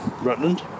Rutland